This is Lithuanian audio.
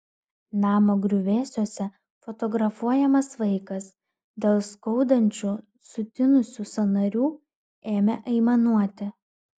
namo griuvėsiuose fotografuojamas vaikas dėl skaudančių sutinusių sąnarių ėmė aimanuoti